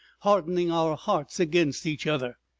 hardening our hearts against each other!